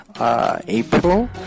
April